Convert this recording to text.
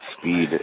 speed